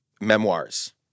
memoirs